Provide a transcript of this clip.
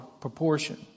proportion